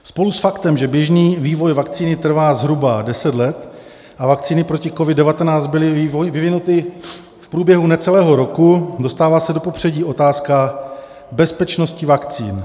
Spolu s faktem, že běžný vývoj vakcíny trvá zhruba deset let a vakcíny proti COVID19 byly vyvinuty v průběhu necelého roku, dostává se do popředí otázka bezpečnosti vakcín.